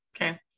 Okay